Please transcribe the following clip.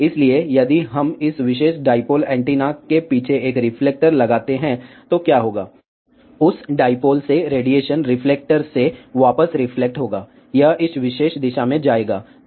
इसलिए यदि हम इस विशेष डाईपोल एंटीना के पीछे एक रिफ्लेक्टर लगाते हैं तो क्या होगा उस डाईपोल से रेडिएशन रिफ्लेक्टर से वापस रिफ्लेक्ट होगा यह इस विशेष दिशा में जाएगा